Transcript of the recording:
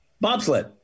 Bobsled